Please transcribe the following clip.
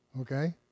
Okay